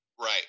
Right